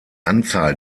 anzahl